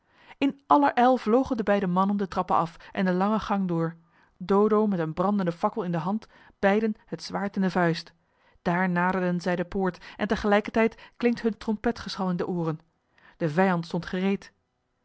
in allerijl vlogen de beide mannen de trappen af en de lange gang door dodo met een brandenden fakkel in de hand beiden het zwaard in de vuist daar naderen zij de poort en tegelijkertijd klinkt hun trompetgeschal in de ooren de vijand stond gereed